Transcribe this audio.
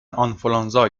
آنفولانزا